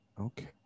Okay